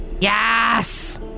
Yes